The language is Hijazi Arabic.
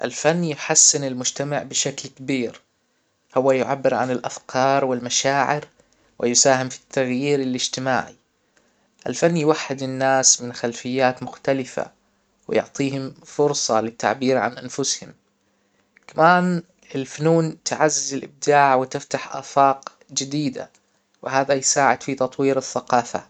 الفن يحسن المجتمع بشكل كبير هو يعبر عن الافكار والمشاعر ويساهم في التغيير الاجتماعي الفن يوحد الناس من خلفيات مختلفة ويعطيهم فرصة للتعبير عن انفسهم، كمان الفنون تعزز الابداع تفتح افاق جديدة وهذا يساعد في تطوير الثقافة